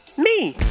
me